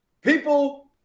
People